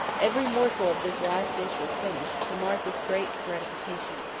every morsel of this last dish was finished, to martha's great gratification.